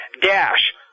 Dash